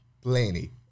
plenty